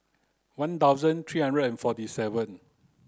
one thousand three hundred and forty seven